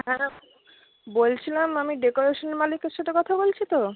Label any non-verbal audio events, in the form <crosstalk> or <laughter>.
হ্যাঁ <unintelligible> বলছিলাম আমি ডেকোরেশন মালিকের সাথে কথা বলছি তো